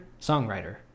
songwriter